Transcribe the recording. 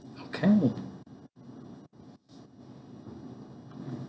okay